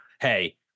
hey